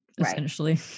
essentially